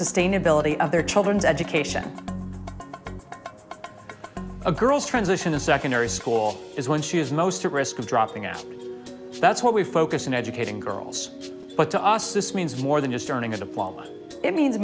sustainability of their children's education of girls tried in a secondary school is when she is most at risk of dropping out that's what we focus on educating girls but to us this means more than just earning a diploma it means